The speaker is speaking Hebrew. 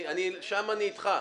שם אני אתך.